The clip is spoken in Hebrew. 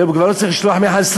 היום כבר לא צריך לשלוח מחסלים,